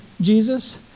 Jesus